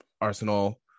arsenal